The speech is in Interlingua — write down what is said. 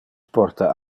porta